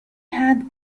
had